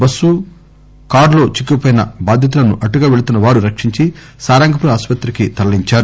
bus కారులో చిక్కుకుపోయిన బాధితులను అటుగా పెళ్తున్న వారు రక్షించి సారంగపూర్ ఆస్పత్రికి తరలించారు